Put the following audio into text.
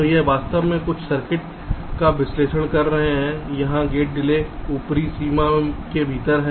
तो यहाँ वास्तव में हम कुछ सर्किटों का विश्लेषण कर रहे हैं जहाँ गेट डिले कुछ ऊपरी सीमा के भीतर है